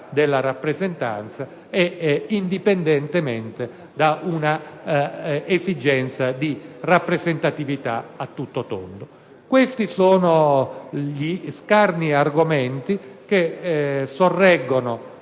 Questi sono gli scarni argomenti che sorreggono